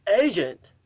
agent